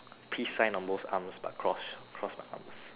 peace sign on both arms but cross cross my arms